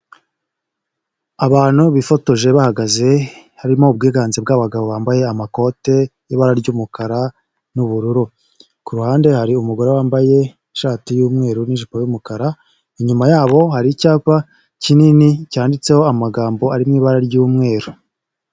Abantu bifotoje bahagaze harimo ubwiganze bw'abagabo bambaye amakoti y'ibara ry'umukara n'ubururu, ku ruhande hari umugore wambaye ishati y'umweru n'ijipo y'umukara, inyuma yabo hari icyapa kinini cyanditseho amagambo ari mu ibara ry'umweru.